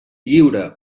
lliure